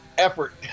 effort